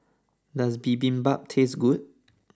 does Bibimbap taste good